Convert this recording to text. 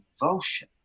devotion